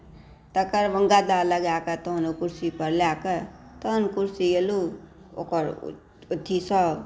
तकर बाद गदा लगाकऽ तहन ओ कुर्सी पर लए कऽ तहन कुर्सी एलहुँ ओकर अथीसँ